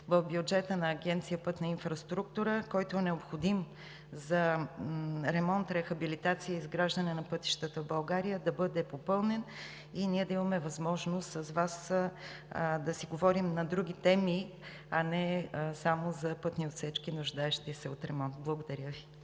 в бюджета на Агенция „Пътна инфраструктура“, който е необходим за ремонт, рехабилитация и изграждане на пътищата в България, да бъде попълнен и ние да имаме възможност с Вас да си говорим на други теми, а не само за пътни отсечки, нуждаещи се от ремонт. Благодаря Ви.